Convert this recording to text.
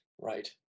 Right